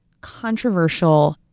controversial